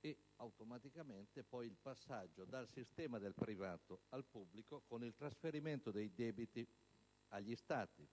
e automaticamente il passaggio dal sistema del privato al pubblico con il trasferimento dei debiti agli Stati.